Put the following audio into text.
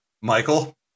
Michael